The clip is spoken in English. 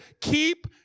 keep